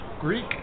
Greek